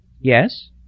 Yes